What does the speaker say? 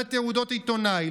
לשלילת תעודת עיתונאי,